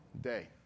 day